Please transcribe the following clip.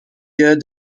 year